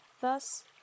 Thus